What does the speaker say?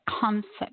concept